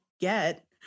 get